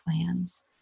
plans